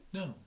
no